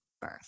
birth